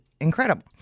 incredible